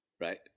right